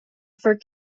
for